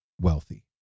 Wealthy